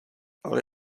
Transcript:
ale